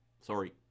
sorry